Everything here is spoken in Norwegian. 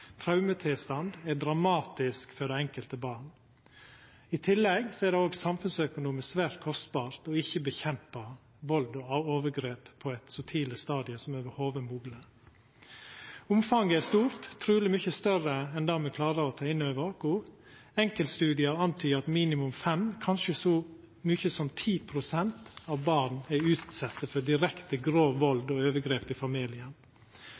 traumetilstand er dramatisk for det enkelte barn. I tillegg er det òg samfunnsøkonomisk svært kostbart ikkje å kjempa imot vald og overgrep på eit så tidlig stadium som mogelig. Omfanget er stort, truleg mykje større enn det vi klarar å ta inn over oss. Enkeltstudiar antyder at minimum 5 pst. – kanskje så mykje som 10 pst. – av barn er utsette for direkte grov vald og overgrep i familien,